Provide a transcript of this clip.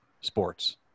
sports